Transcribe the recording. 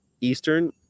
Eastern